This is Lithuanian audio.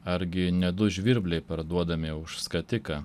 argi ne du žvirbliai parduodami už skatiką